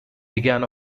began